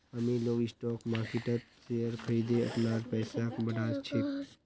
अमीर लोग स्टॉक मार्किटत शेयर खरिदे अपनार पैसा बढ़ा छेक